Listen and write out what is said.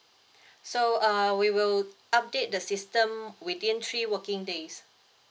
so uh we will update the system within three working days